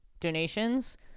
donations